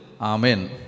Amen